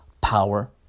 power